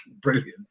brilliant